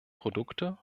produkte